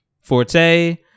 forte